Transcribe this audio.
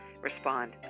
respond